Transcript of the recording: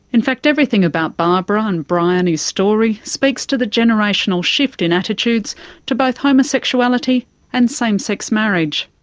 in fact everything about barbara and briony's story speaks to the generational shift in attitudes to both homosexuality and same-sex marriage.